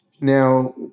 Now